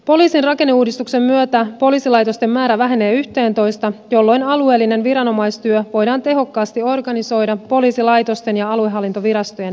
poliisin rakenneuudistuksen myötä poliisilaitosten määrä vähenee yhteentoista jolloin alueellinen viranomaisyhteistyö voidaan tehokkaasti organisoida poliisilaitosten ja aluehallintovirastojen väliseksi